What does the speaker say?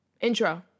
Intro